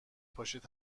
پاشید